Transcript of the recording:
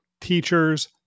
teachers